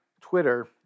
Twitter